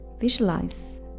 Visualize